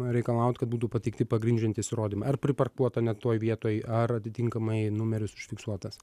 reikalaut kad būtų pateikti pagrindžiantys įrodymai ar priparkuota ne toj vietoj ar atitinkamai numeris užfiksuotas